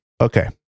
okay